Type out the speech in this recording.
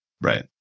Right